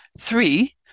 Three